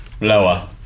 lower